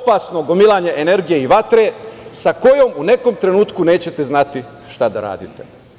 opasno gomilanje energije i vatre sa kojom u nekom trenutku nećete znati šta da radite.